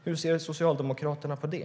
Hur ser Socialdemokraterna på det?